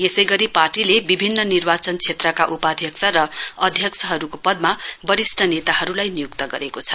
यसै गरी पार्टीले विभिन्न निर्वाचन क्षेत्रका उपाध्यक्ष र अध्यक्षहरूको पदमा वरिष्ट नेताहरूलाई नियुक्त गरेको छ